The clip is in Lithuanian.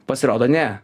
pasirodo ne